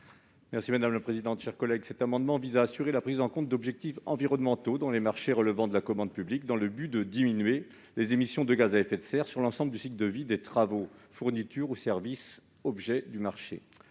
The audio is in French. : La parole est à M. Daniel Salmon. Cet amendement vise à assurer la prise en compte d'objectifs environnementaux dans les marchés relevant de la commande publique, dans le but de diminuer les émissions de gaz à effet de serre sur l'ensemble du cycle de vie des travaux, fournitures ou services objets du marché.